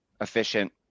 efficient